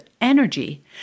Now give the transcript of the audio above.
energy